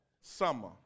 summer